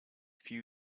few